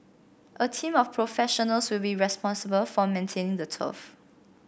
a team of professionals will be responsible for maintaining the turf